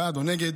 בעד או נגד,